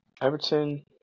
Everton